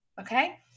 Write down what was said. Okay